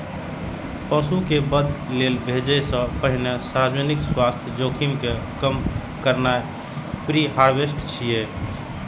पशु कें वध लेल भेजै सं पहिने सार्वजनिक स्वास्थ्य जोखिम कें कम करनाय प्रीहार्वेस्ट छियै